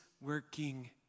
working